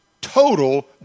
total